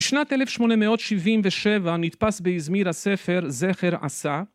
בשנת אלף שמונה מאות שבעים ושבע נתפס באיזמיר הספר "זכר עשה"